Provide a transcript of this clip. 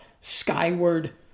skyward